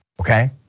okay